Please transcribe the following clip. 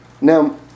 now